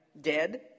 dead